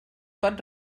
pot